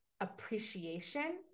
appreciation